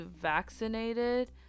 vaccinated